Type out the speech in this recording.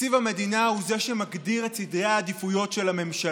תקציב המדינה הוא זה שמגדיר את סדרי העדיפויות של הממשלה.